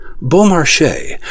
Beaumarchais